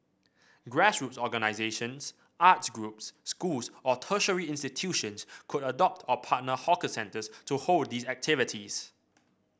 grassroots organisations arts groups schools or tertiary institutions could adopt or partner hawker centres to hold these activities